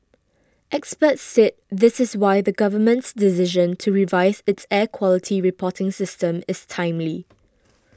experts said this is why the Government's decision to revise its air quality reporting system is timely